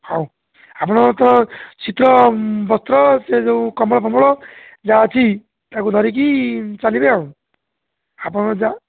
ହଉ ଆପଣ ତ ଶୀତ ବସ୍ତ୍ର ସେ ଯେଉଁ କମଳ ଫମଳ ଯାହା ଅଛି ତାକୁ ଧରିକି ଚାଲିବେ ଆଉ ଆପଣ ଯା